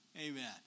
Amen